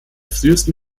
frühesten